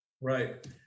Right